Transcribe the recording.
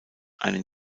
einen